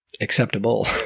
Acceptable